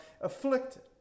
afflicted